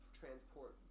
transport